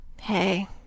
hey